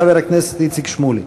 חבר הכנסת איציק שמולי.